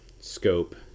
scope